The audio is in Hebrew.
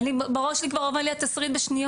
אני בראש שלי כבר עובר לי התסריט בשניות,